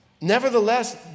Nevertheless